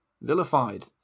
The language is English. vilified